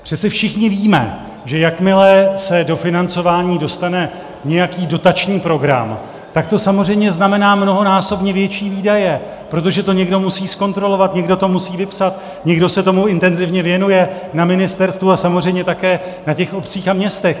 Přece všichni víme, že jakmile se do financování dostane nějaký dotační program, tak to samozřejmě znamená mnohonásobně větší výdaje, protože to někdo musí zkontrolovat, někdo to musí vypsat, někdo se tomu intenzivně věnuje na ministerstvu a samozřejmě také na těch obcích a městech.